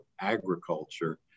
agriculture